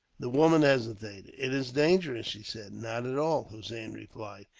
the woman hesitated. it is dangerous, she said. not at all, hossein replied.